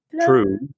True